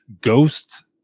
ghosts